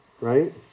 Right